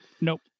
Nope